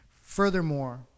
Furthermore